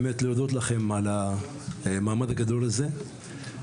באמת להודות לכם על המעמד הגדול הזה והכיוון,